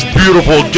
beautiful